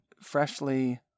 freshly